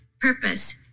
purpose